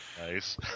Nice